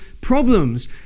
problems